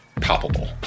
palpable